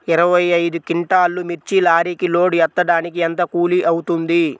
ఇరవై ఐదు క్వింటాల్లు మిర్చి లారీకి లోడ్ ఎత్తడానికి ఎంత కూలి అవుతుంది?